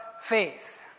faith